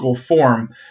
form